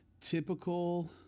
typical